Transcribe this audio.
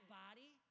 body